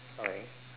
sorry